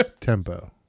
tempo